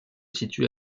situe